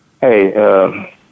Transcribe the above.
Hey